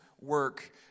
work